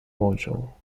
module